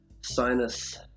sinus